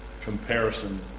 comparison